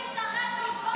לא יהיה אינטרס לבדוק מה זה?